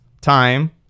time